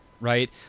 right